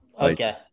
Okay